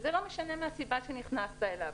וזה לא משנה מה הסיבה שנכנסת אליו.